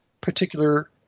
particular